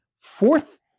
fourth